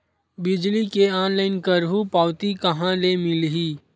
बिजली के ऑनलाइन करहु पावती कहां ले मिलही?